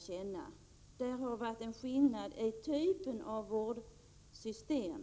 Det har alltså varit en skillnad i typen av vårdsystem.